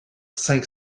cinq